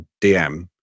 DM